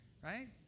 right